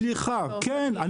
סליחה, כן.